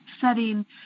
setting